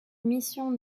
missions